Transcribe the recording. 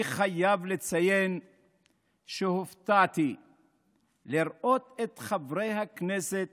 אני חייב לציין שהופתעתי לראות את חברי הכנסת